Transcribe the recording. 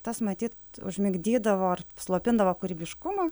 tas matyt užmigdydavo ar slopindavo kūrybiškumą